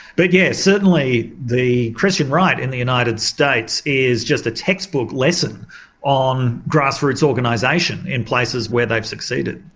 but yes certainly the christian right in the united states is just a textbook lesson on grass roots organisation in places where they've succeeded.